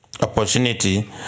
opportunity